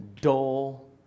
dull